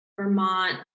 Vermont